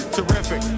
Terrific